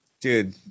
Dude